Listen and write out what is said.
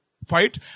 fight